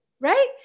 right